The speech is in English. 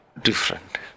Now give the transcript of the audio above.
different